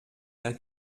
der